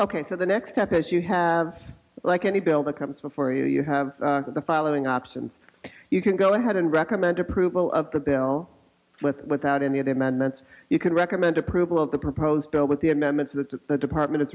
ok so the next step is you have like any bill that comes before you you have the following options you can go ahead and recommend approval of the bill with without any other amendments you could recommend approval of the proposed bill with the amendments with the department